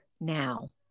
now